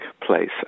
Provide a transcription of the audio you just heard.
place